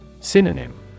Synonym